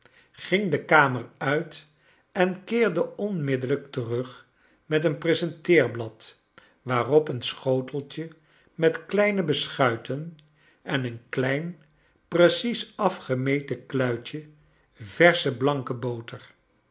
ging de kamer uit en keerde onmiddellijk terug met een presenteerblad waarop een schoteltje met kleine beschuiten en een klein precies afgemeten kluitje versche bianke boter